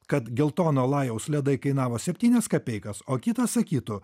kad geltono lajaus ledai kainavo septynias kapeikas o kitas sakytų